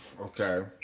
Okay